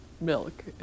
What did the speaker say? milk